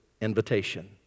invitation